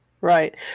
Right